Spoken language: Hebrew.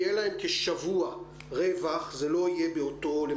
יהיה להם כשבוע רווח זה לא יהיה למחרת